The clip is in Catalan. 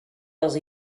els